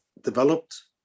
developed